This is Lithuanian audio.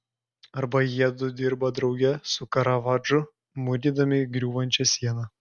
arba jiedu dirba drauge su karavadžu mūrydami griūvančią sieną